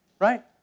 Right